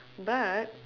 but